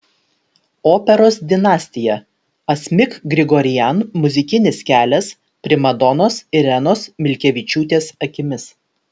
operos dinastija asmik grigorian muzikinis kelias primadonos irenos milkevičiūtės akimis